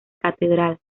catedral